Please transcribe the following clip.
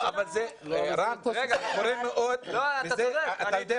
אני חושבת